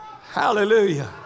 Hallelujah